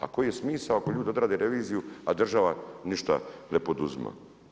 A koji je smisao ako ljudi odrade reviziju a država ništa ne poduzima?